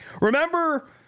Remember